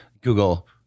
Google